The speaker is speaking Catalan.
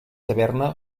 taverna